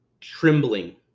trembling